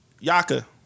Yaka